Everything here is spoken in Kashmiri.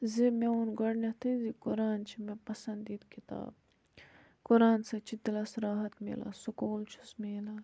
زِ مےٚ ووٚن گۄڈٕنیٚتھٕے زِ قۄران چھِ مےٚ پَسندیٖدٕ کِتاب قۄران سۭتۍ چھِ دِلَس راحت مِلان سکوٗن چھُس مِلان